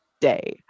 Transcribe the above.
day